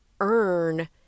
earn